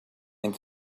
and